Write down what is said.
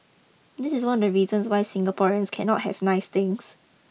this is one of the reasons why Singaporeans cannot have nice things